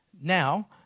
now